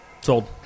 Sold